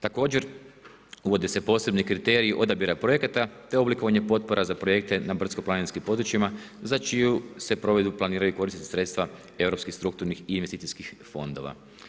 Također uvode se posebni kriteriji odabira projekata te oblikovanje potpora za projekte na brdsko-planinskim područjima za čiju se provedbu planiraju koristiti sredstva europskih strukturnih i investicijskih fondova.